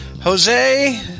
Jose